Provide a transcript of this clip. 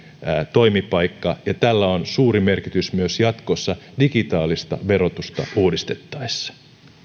toimipaikka ja tällä on suuri merkitys myös jatkossa digitaalista verotusta uudistettaessa